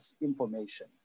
information